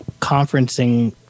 conferencing